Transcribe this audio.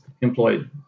employed